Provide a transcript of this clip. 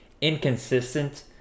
inconsistent